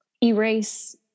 erase